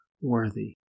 worthy